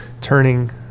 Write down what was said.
turning